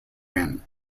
win